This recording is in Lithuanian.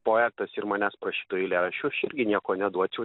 poetas ir manęs prašytų eilėraščių aš irgi nieko neduočiau